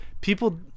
people